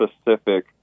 specific